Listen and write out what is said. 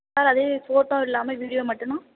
sir அதே photo இல்லாம video மட்டும்ன்னா